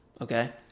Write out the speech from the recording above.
okay